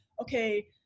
okay